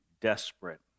desperate